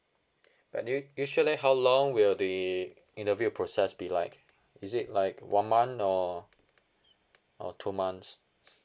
but u~ usually how long will the interview process be like is it like one month or or two months